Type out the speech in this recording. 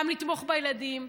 אז גם לתמוך בילדים,